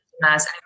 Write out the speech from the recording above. mass